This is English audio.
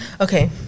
Okay